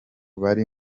bari